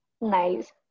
nice